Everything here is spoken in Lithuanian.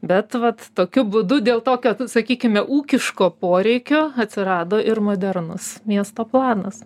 bet vat tokiu būdu dėl tokio sakykime ūkiško poreikio atsirado ir modernus miesto planas